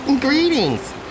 Greetings